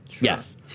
Yes